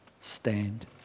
stand